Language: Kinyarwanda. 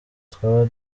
twaba